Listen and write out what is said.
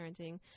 parenting